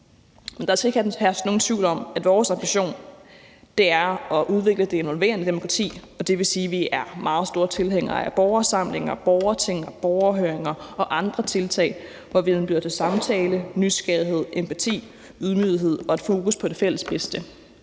men der skal ikke herske nogen tvivl om, at vores ambition er at udvikle det involverende demokrati, og det vil sige, at vi er meget store tilhængere af borgersamlinger, borgerting, borgerhøringer og andre tiltag, hvor vi indbyder til samtale, nysgerrighed, empati, ydmyghed og et fokus på det fælles bedste,